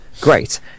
great